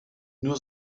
nur